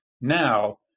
Now